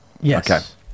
Yes